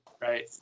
right